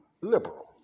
liberal